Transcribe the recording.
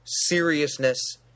seriousness